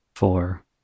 Four